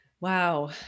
Wow